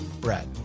Brett